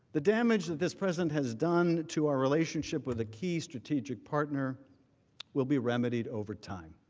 the damage that this president has done to our relationship with a key strategic partner will be remedy over time